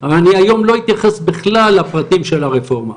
ואני היום לא אתייחס בכלל לפרטים של הרפורמה,